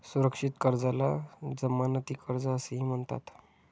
सुरक्षित कर्जाला जमानती कर्ज असेही म्हणतात